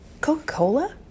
Coca-Cola